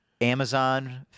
Amazon